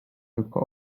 tylko